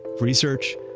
research.